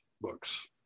books